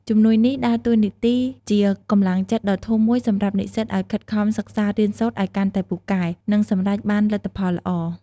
ជំនួយនេះដើរតួជាកម្លាំងចិត្តដ៏ធំមួយសម្រាប់និស្សិតឱ្យខិតខំសិក្សារៀនសូត្រឱ្យកាន់តែពូកែ និងសម្រេចបានលទ្ធផលល្អ។